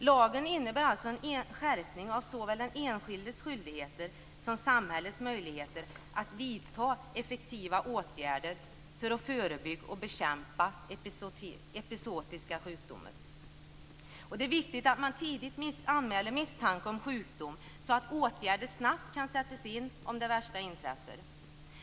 Lagen innebär en skärpning av såväl den enskildes skyldigheter som samhällets möjligheter att vidta effektiva åtgärder för att förebygga och bekämpa epizootiska sjukdomar. Det är viktigt att man tidigt anmäler misstanke om sjukdom, så att åtgärder snabbt kan sättas in om det värsta inträffar.